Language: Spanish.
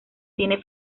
tiene